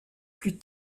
plus